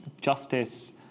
justice